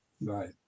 Right